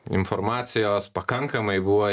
informacijos pakankamai buvo